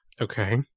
Okay